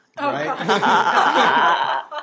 Right